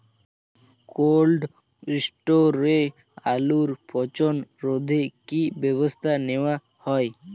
Cold স্টোরে আলুর পচন রোধে কি ব্যবস্থা নেওয়া হয়?